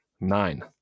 Nine